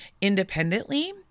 independently